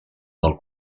del